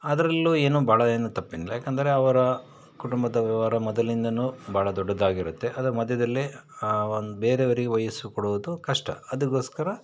ಅದರಲ್ಲೂ ಏನೂ ಭಾಳ ಏನು ತಪ್ಪೇನಿಲ್ಲ ಯಾಕೆಂದರೆ ಅವರ ಕುಟುಂಬದ ವ್ಯವ್ಹಾರ ಮೊದಲಿಂದನೂ ಭಾಳ ದೊಡ್ಡದಾಗಿರುತ್ತೆ ಅದರ ಮಧ್ಯದಲ್ಲಿ ಒಂದು ಬೇರೆಯವ್ರಿಗೆ ವಹಿಸಿಕೊಡುವುದು ಕಷ್ಟ ಅದಕ್ಕೋಸ್ಕರ